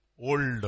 old